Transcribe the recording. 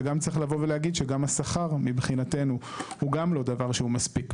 וגם צריך לבוא ולהגיד שגם השכר מבחינתנו הוא גם לא דבר שהוא מספיק.